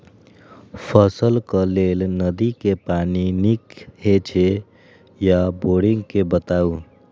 फसलक लेल नदी के पानी नीक हे छै या बोरिंग के बताऊ?